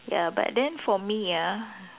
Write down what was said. ya but then for me ah